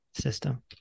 system